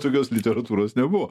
tokios literatūros nebuvo